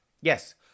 Yes